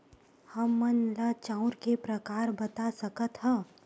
हमन ला चांउर के प्रकार बता सकत हव?